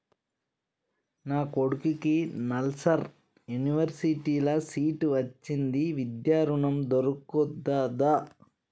నా కొడుకుకి నల్సార్ యూనివర్సిటీ ల సీట్ వచ్చింది విద్య ఋణం దొర్కుతదా?